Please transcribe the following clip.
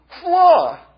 flaw